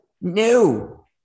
no